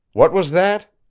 what was that?